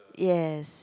yes